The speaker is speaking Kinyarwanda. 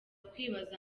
kwibaza